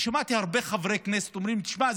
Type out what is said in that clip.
שמעתי הרבה חברי כנסת שאומרים: תשמע,